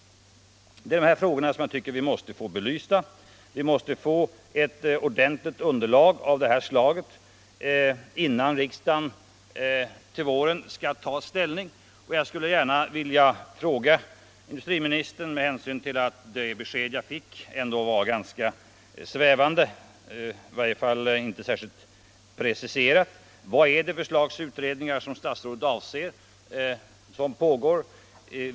Det är dessa frågor vi måste få belysta. Vi måste ha ordentligt underlag innan riksdagen under våren tar ställning. Med hänsyn till att det besked jag fick av industriministern inte var särskilt preciserat skulle jag vilja fråga: Vad är det för slags utredningar statsrådet avser?